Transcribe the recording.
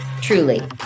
truly